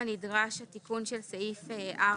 ההבהרה שנדרשת,